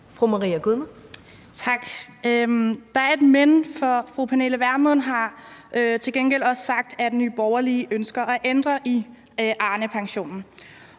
(S) : Tak. Der er et men, for fru Pernille Vermund har til gengæld også sagt, at Nye Borgerlige ønsker at ændre i Arnepensionen,